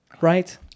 right